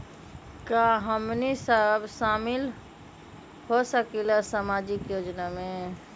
का हमनी साब शामिल होसकीला सामाजिक योजना मे?